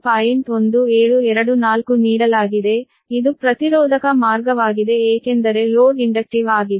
1724 ನೀಡಲಾಗಿದೆ ಇದು ಪ್ರತಿರೋಧಕ ಮಾರ್ಗವಾಗಿದೆ ಏಕೆಂದರೆ ಲೋಡ್ ಇಂಡಕ್ಟಿವ್ ಆಗಿದೆ